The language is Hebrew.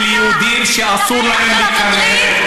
של יהודים שאסור להם להיכנס,